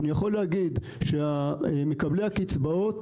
אני יכול להגיד שלגבי מקבלי הקצבאות,